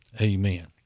amen